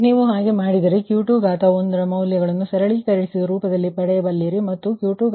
ನೀವು ಹಾಗೆ ಮಾಡಿದರೆ Q21 ನ ಮೌಲ್ಯಗಳನ್ನು ಸರಳೀಕರಿಸಿದ ರೂಪದಲ್ಲಿ ಪಡೆಯಬಲ್ಲಿರಿ ಮತ್ತು Q21 ವು −1